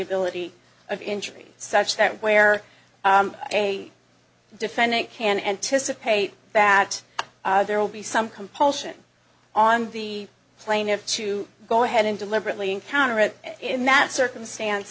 ability of injury such that where a defendant can anticipate that there will be some compulsion on the plane if to go ahead and deliberately encounter it in that circumstance